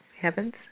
heavens